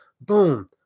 boom